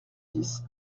dix